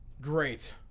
Great